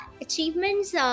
achievements